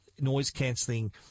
noise-cancelling